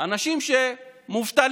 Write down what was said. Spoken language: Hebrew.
איש קטן שמתחבא